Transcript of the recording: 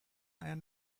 eiern